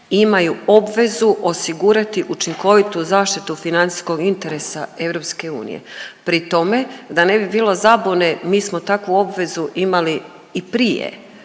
imaju obvezu osigurati učinkovitu zaštitu financijskog interesa EU. Pri tome, da ne bi bilo zabune, mi smo takvu obvezu imali i prije